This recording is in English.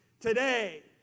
today